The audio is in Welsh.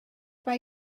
mae